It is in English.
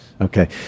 okay